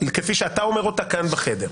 כפי שאתה אומר אותה כאן בחדר.